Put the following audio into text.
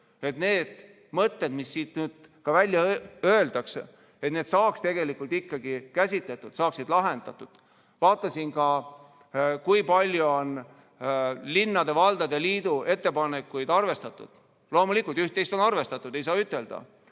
need mõtted, mis siin välja öeldi, saaksid ikkagi käsitletud, saaksid lahendatud. Vaatasin ka, kui palju on linnade ja valdade liidu ettepanekuid arvestatud. Loomulikult, üht-teist on arvestatud, ei saa eitada,